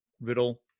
riddle